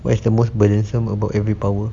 what is the most burdensome about every power